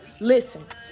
Listen